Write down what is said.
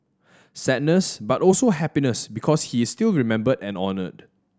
sadness but also happiness because he is still remembered and honoured